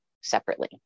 separately